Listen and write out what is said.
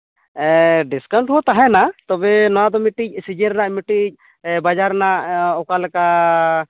discount ᱦᱚᱸ ᱛᱟᱦᱮᱱᱟ ᱛᱚᱵᱮ ᱱᱚᱣᱟ ᱫᱚ ᱢᱤᱫᱴᱤᱱ ᱥᱤᱡᱤᱱ ᱨᱮᱱᱟᱜ ᱢᱤᱫᱴᱤᱱ ᱵᱟᱡᱟᱨ ᱨᱮᱱᱟᱜ ᱚᱠᱟᱞᱮᱠᱟ